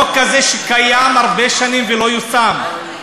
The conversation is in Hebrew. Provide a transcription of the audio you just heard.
חוק כזה שקיים הרבה שנים ולא יושם,